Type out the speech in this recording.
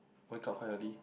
wake up quite early